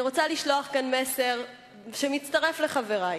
אני רוצה לשלוח כאן מסר ולהצטרף לחברי.